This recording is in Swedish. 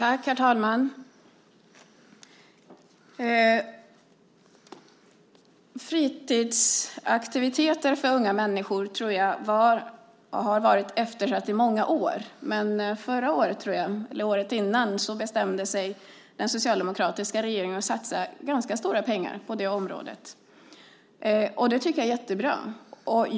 Herr talman! Fritidsaktiviteter för unga människor är något som har varit eftersatt i många år. Förra året eller året innan bestämde sig dock den socialdemokratiska regeringen för att satsa ganska stora pengar på det området, och det tycker jag var jättebra.